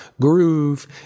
groove